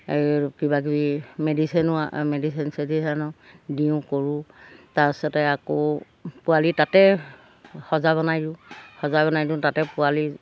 কিবা কিবি মেডিচিনো মেডিচিন চেডিচেনো দিওঁ কৰোঁ তাৰপিছতে আকৌ পোৱালি তাতে সজা বনাই দিওঁ সজা বনাই দিওঁ তাতে পোৱালি